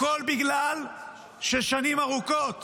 הכול בגלל ששנים ארוכות